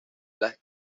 las